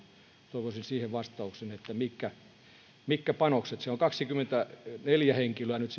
toivoisin siihen vastauksen mitkä ovat panokset siellä on kaksikymmentäneljä henkilöä nyt